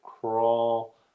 crawl